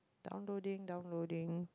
downloading downloading